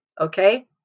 Okay